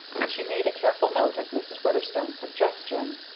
and she made a careful note of mrs. weatherstone's suggestion.